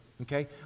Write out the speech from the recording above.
Okay